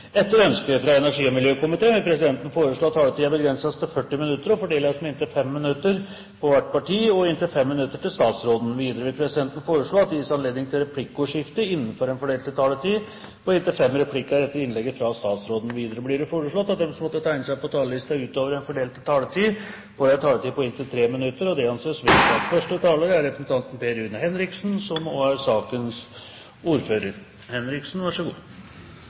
Etter ønske fra energi- og miljøkomiteen vil presidenten foreslå at taletiden begrenses til 40 minutter, og fordeles med inntil 5 minutter til hvert parti, og inntil 5 minutter til statsråden. Videre vil presidenten foreslå at det gis anledning til replikkordskifte på inntil fem replikker etter innlegget fra statsråden innenfor den fordelte taletid. Videre blir det foreslått at de som måtte tegne seg på talerlisten ut over den fordelte taletid, får en taletid på inntil 3 minutter. – Det anses vedtatt. Arbeiderpartiet, SV og